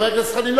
חבר הכנסת חנין,